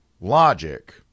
logic